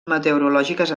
meteorològiques